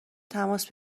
تماس